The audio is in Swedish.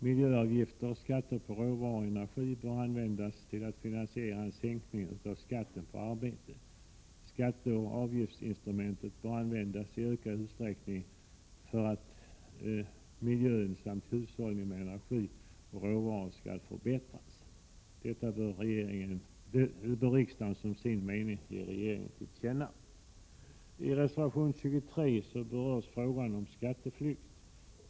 Miljöavgifterna och skatten på råvaror och energi bör användas till att finansiera en sänkning av skatten på arbete. Skatteoch avgiftsinstrumentet bör användas i ökad utsträckning för att miljön och hushållningen med energi och råvaror skall förbättras. Detta bör riksdagen som sin mening ge regeringen till känna. I reservation 23 berörs frågan om lagen mot skatteflykt.